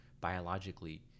biologically